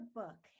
book